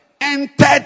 entered